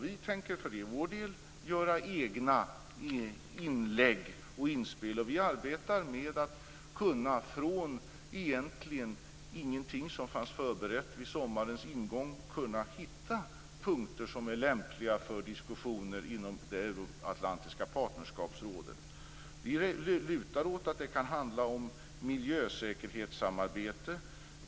Vi tänker för vår del göra egna inlägg och inspel. Vi arbetar med att, från ett läge där egentligen ingenting fanns förberett vid sommarens ingång, kunna hitta punkter som är lämpliga för diskussioner inom det euroatlantiska partnerskapsrådet. Vi lutar åt att det kan handla om miljösäkerhetssamarbete.